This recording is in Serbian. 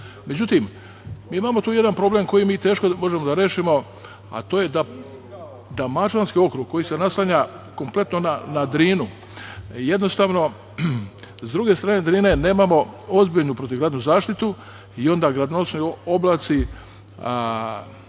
Međutim, mi imamo tu jedan problem koji mi teško možemo da rešimo, a to je da Mačvanski okrug koji se kompletno naslanja na Drinu jednostavno sa druge strane Drine nemamo ozbiljnu protivgradnu zaštitu i onda gradonosni oblaci dođu